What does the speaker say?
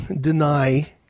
deny